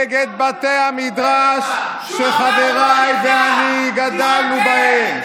נגד בתי המדרש שחבריי ואני גדלנו בהם.